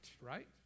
Right